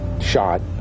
shot